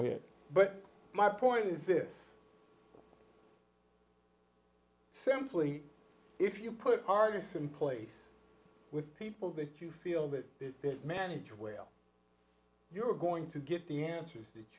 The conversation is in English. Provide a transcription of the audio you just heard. ahead but my point is this simply if you put artists in place with people that you feel that they manage well you're going to get the answers that